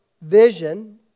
vision